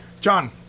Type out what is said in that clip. John